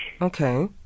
Okay